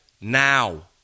now